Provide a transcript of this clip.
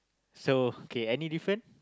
so okay any different